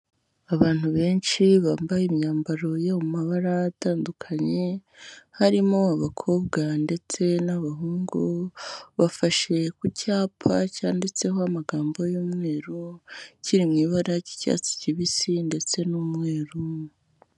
Abantu benshi bambaye imyambaro yo mu mabara atandukanye, harimo abakobwa ndetse n'abahungu, bafashe ku cyapa cyanditseho amagambo y'umweru, kiri mu ibara ry'icyatsi kibisi ndetse n'umweru.